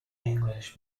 english